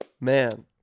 Man